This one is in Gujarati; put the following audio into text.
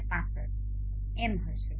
H0 આ હશે